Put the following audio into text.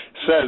says